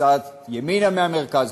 קצת ימינה מהמרכז,